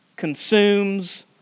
consumes